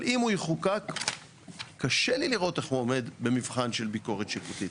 אבל אם הוא יחוקק קשה לי לראות איך הוא עומד במבחן של ביקורת שיפוטית.